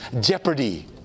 jeopardy